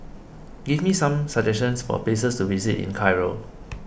give me some suggestions for places to visit in Cairo